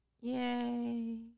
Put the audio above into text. Yay